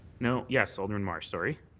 no. yes, alderman mar. sorry.